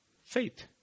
faith